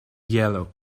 yellow